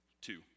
Two